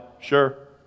sure